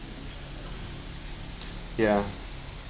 ya